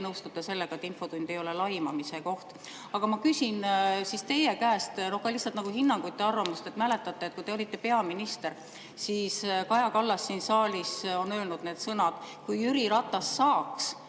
nõustute sellega, et infotund ei ole laimamise koht. Aga ma küsin siis teie käest hinnangut ja arvamust. Mäletate, kui te olite peaminister, siis Kaja Kallas siin saalis ütles need sõnad, et kui Jüri Ratas saaks,